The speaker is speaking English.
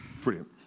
Brilliant